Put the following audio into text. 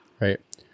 Right